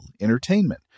entertainment